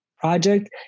Project